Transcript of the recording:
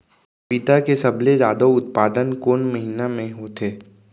पपीता के सबले जादा उत्पादन कोन महीना में होथे?